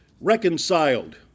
reconciled